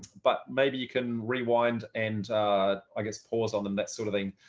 but maybe you can rewind and i guess pause on them. that sort of thing.